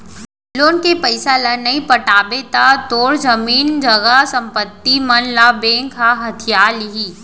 loan के पइसा ल नइ पटाबे त तोर जमीन जघा संपत्ति मन ल बेंक ह हथिया लिही